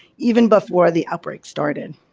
even before the outbreak started.